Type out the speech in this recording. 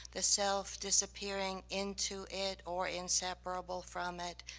the self disappearing into it or inseparable from it,